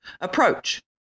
approach